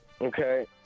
Okay